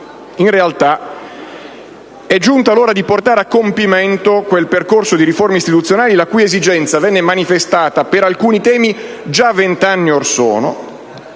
In realtà, è giunta l'ora di portare a compimento quel percorso di riforme istituzionali la cui esigenza è stata manifestata per alcuni temi già 20 anni fa,